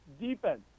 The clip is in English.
defense